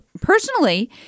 Personally